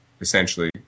essentially